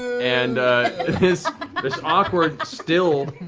and this this awkward, still,